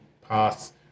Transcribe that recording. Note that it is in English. pass